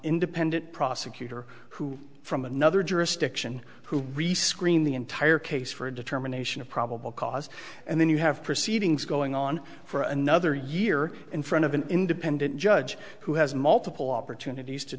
independent prosecutor who from another jurisdiction who rescreen the entire case for a determination of probable cause and then you have proceedings going on for another year in front of an independent judge who has multiple opportunities to